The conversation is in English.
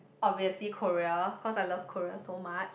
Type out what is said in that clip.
obviously Korea cause I love Korea so much